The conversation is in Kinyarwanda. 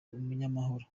umunyamahoro